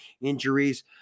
injuries